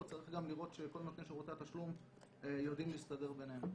צריך לראות שכל נותני שירותי התשלום יודעים להסתדר ביניהם.